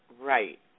right